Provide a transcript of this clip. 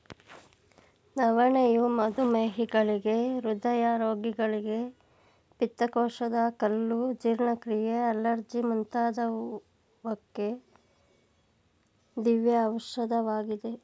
ನವಣೆಯು ಮಧುಮೇಹಿಗಳಿಗೆ, ಹೃದಯ ರೋಗಿಗಳಿಗೆ, ಪಿತ್ತಕೋಶದ ಕಲ್ಲು, ಜೀರ್ಣಕ್ರಿಯೆ, ಅಲರ್ಜಿ ಮುಂತಾದುವಕ್ಕೆ ದಿವ್ಯ ಔಷಧವಾಗಿದೆ